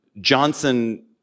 Johnson